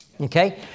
Okay